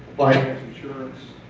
life insurance,